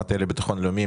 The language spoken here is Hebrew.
המטה לביטחון לאומי.